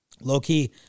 Low-key